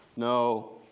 no,